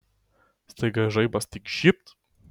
staiga žaibas tik žybt